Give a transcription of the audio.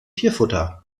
tierfutter